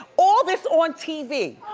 all this on tv!